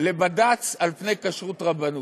לבד"ץ על-פני כשרות רבנות?